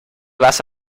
vas